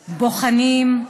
בוחנים,